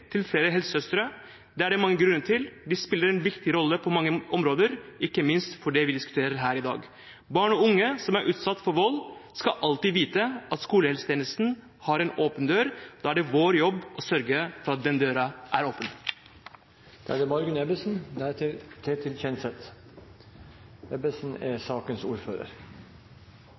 til flere helsesøstre. Det er det mange grunner til. De spiller en viktig rolle på mange områder, ikke minst når det gjelder det vi diskuterer her i dag. Barn og unge som er utsatt for vold, skal alltid vite at skolehelsetjenesten har en åpen dør. Da er det vår jobb å sørge for at den døren er åpen. Jeg ønsker å takke alle som har deltatt i debatten her i dag. Det